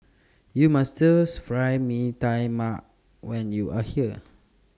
YOU must Stir Fried Mee Tai Mak when YOU Are here